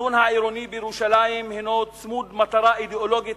התכנון העירוני בירושלים הינו צמוד מטרה אידיאולוגית